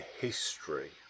history